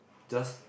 just